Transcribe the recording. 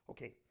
Okay